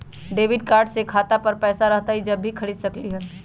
Debit card से खाता पर पैसा रहतई जब ही खरीद सकली ह?